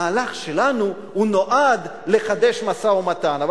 המהלך שלנו נועד לחדש משא-ומתן.